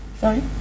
Sorry